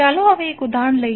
ચાલો હવે એક ઉદાહરણ લઈએ